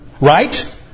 right